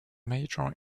major